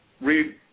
Read